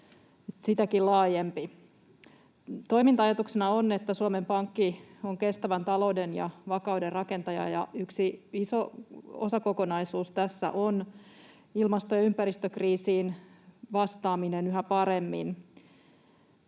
sitäkin laajempi. Toiminta-ajatuksena on, että Suomen Pankki on kestävän talouden ja vakauden rakentaja, ja yksi iso osakokonaisuus tässä on ilmasto- ja ympäristökriisiin vastaaminen yhä paremmin.